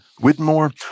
Whitmore